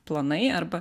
planai arba